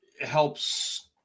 helps